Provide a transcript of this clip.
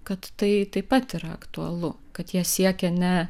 kad tai taip pat yra aktualu kad jie siekia ne